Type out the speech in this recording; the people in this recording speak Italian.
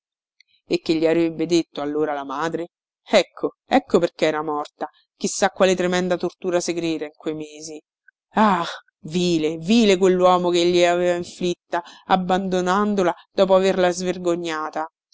e che gli avrebbe detto allora la madre ecco ecco perché era morta chi sa quale tremenda tortura segreta in quei mesi ah vile vile quelluomo che glielaveva inflitta abbandonandola dopo averla svergognata